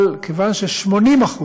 אבל כיוון ש-80%,